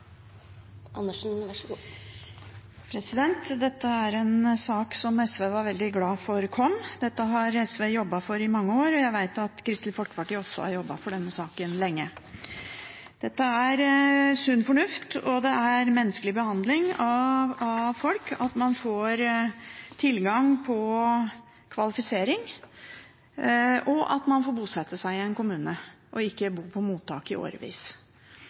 en sak SV er veldig glad for at kom. Dette har SV jobbet for i mange år, og jeg vet at Kristelig Folkeparti også har jobbet for denne saken lenge. Dette er sunn fornuft, og det er menneskelig behandling av folk å la dem få tilgang til kvalifisering, bosette seg i en kommune og ikke måtte bo på mottak i årevis.